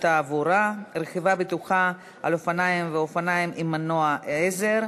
התעבורה (רכיבה בטוחה על אופניים ואופניים עם מנוע עזר),